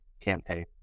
campaign